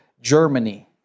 Germany